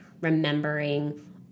remembering